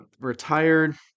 retired